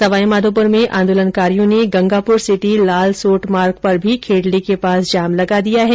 सवाईमाधोपुर में आंदोलनकारियों ने गंगापुरसिटी लालसोट मार्ग पर भी खेडली के पास जाम लगा दिया है